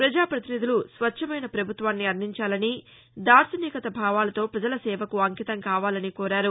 ప్రజాపతినిధులు స్వచ్ఛమైన ప్రభుత్వాన్ని అందించాలని దార్శనికత భావాలతో ప్రజల సేవకు అంకితం కావాలని కోరారు